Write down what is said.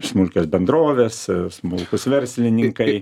smulkios bendrovės smulkūs verslininkai